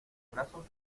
brazos